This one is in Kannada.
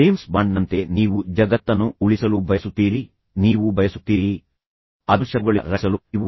ಜೇಮ್ಸ್ ಬಾಂಡ್ನಂತೆ ನೀವು ಜಗತ್ತನ್ನು ಉಳಿಸಲು ಬಯಸುತ್ತೀರಿ ನೀವು ಬಯಸುತ್ತೀರಿ ಎಂಬ ಪ್ರವೃತ್ತಿ ನಿಮ್ಮಲ್ಲಿ ಇದೆಯೇ